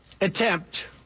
attempt